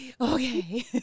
Okay